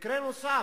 מקרה נוסף: